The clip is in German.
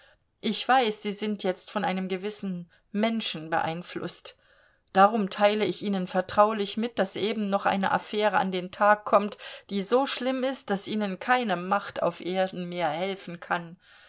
ich weiß sie sind jetzt von einem gewissen menschen beeinflußt darum teile ich ihnen vertraulich mit daß eben noch eine affäre an den tag kommt die so schlimm ist daß ihnen keine macht auf erden mehr helfen kann